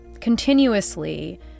Continuously